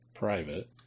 Private